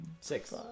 Six